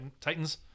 Titans